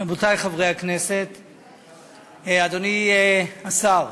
אדוני השר,